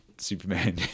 Superman